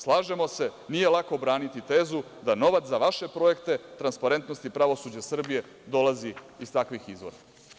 Slažemo se, nije lako odbraniti tezu da novac za vaše projekte, transparentnost i pravosuđe Srbije dolazi iz takvih izvora.